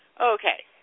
okay